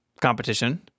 competition